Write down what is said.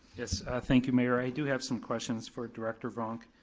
yes, thank you, mayor, i do have some questions for director vonck.